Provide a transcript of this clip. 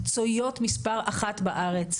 המקצועיות מספר אחת בארץ,